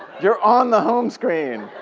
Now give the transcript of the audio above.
you're on the home screen.